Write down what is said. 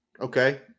Okay